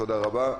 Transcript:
תודה רבה.